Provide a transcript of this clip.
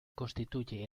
constituye